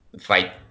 fight